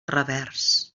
revers